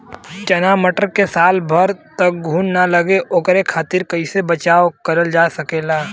चना मटर मे साल भर तक घून ना लगे ओकरे खातीर कइसे बचाव करल जा सकेला?